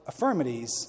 affirmities